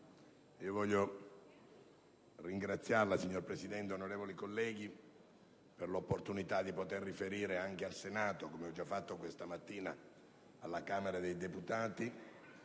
Desidero ringraziare lei, signor Presidente, e gli onorevoli colleghi per l'opportunità di poter riferire anche al Senato, come ho già fatto questa mattina alla Camera dei deputati,